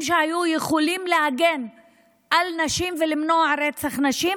שהיו יכולים להגן על נשים ולמנוע רצח נשים,